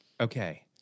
Okay